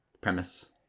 premise